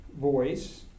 voice